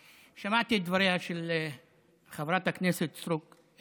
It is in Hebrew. שמעתי את דבריה של חברת הכנסת סטרוק.